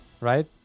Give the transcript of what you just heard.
right